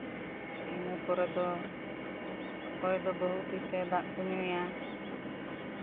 ᱤᱱᱟᱹ ᱯᱚᱨᱮ ᱫᱚ ᱚᱠᱚᱭ ᱫᱚ ᱵᱟᱹᱦᱩ ᱛᱤ ᱛᱮ ᱫᱟᱜ ᱠᱚ ᱧᱩᱭᱟ